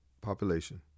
population